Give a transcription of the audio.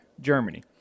Germany